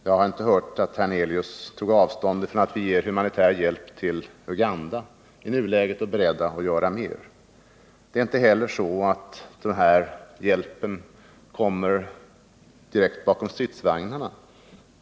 Jag har inte hört att herr Hernelius tagit avstånd från att vi i nuläget ger humanitär hjälp till Uganda och är beredda att göra mer. Det är inte heller så att denna hjälp sätts in direkt bakom stridsvagnarna.